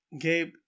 Gabe